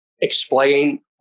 explain